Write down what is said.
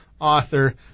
author